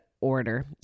Order